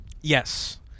Yes